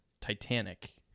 Titanic